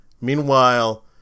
Meanwhile